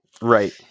Right